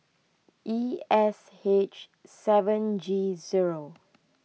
E S H seven G zero